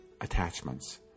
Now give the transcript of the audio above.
attachments